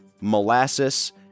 molasses